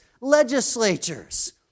legislatures